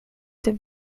dem